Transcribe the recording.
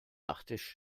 nachttisch